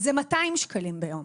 זה 200 שקלים ביום,